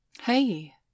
Hey